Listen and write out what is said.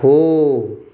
हो